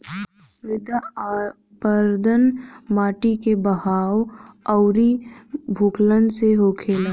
मृदा अपरदन माटी के बहाव अउरी भूखलन से भी होखेला